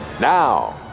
now